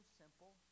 simple